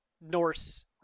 norse